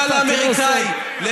חבר הכנסת קיש, תפסיקו כבר.